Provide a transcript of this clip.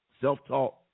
Self-taught